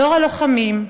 דור הלוחמים,